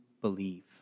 believe